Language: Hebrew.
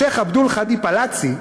השיח' עבדול חאדי פאלאזי,